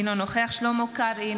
אינו נוכח שלמה קרעי,